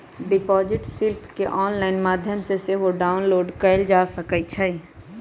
deposit slip केंऑनलाइन माध्यम से सेहो डाउनलोड कएल जा सकइ छइ